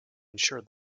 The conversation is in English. ensure